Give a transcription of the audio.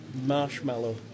marshmallow